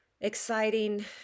exciting